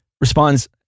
responds